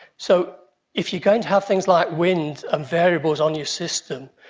so if you're going to have things like wind and variables on your system,